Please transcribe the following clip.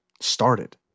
started